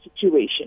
situation